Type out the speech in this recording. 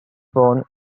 born